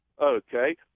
Okay